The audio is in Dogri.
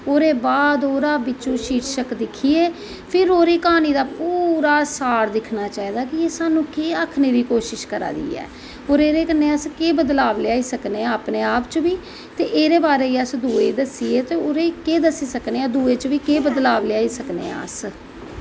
ओह्दे बाद ओह्द् शिर्शक दिक्खियै फ्ही ओह्दा कहानी दा सार दिक्खनां चाही दा कि एह् साह्नू केह् आखनें दी कोशिश करा दी ऐ ते एह्दे कन्नैं केह् बदलाव लेआई सकनें आं अस अपनें आप च बी ते एह्दे बारे च अस दुएं गी दस्सियै ते केह् दस्सी सकनें आं दुए च बी केब बदलाव लेआई सकनें आं अस